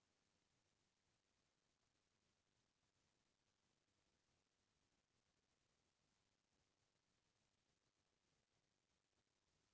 जेन लोन ह असुरक्छित रहिथे जेमा कोनो परकार के गिरवी बेंक ह अपन तीर नइ रखय ओमा बियाज जादा जोड़थे